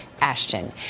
Ashton